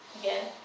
Again